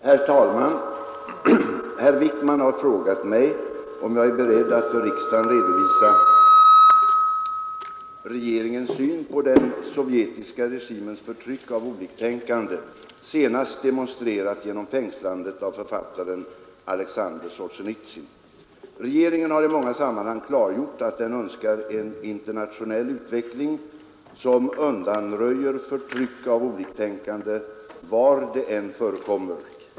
Herr talman! Herr Wijkman har frågat mig, om jag är beredd att för riksdagen redovisa regeringens syn på den sovjetiska regimens förtryck av oliktänkande, senast demonstrerat genom fängslandet av författaren Alexander Solzjenitsyn. Regeringen har i många sammanhang klargjort att den önskar en internationell utveckling, som undanröjer förtryck av oliktänkande var det än förekommer.